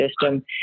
system